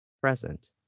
present